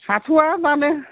हाथ'या दानो